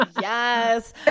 yes